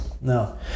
No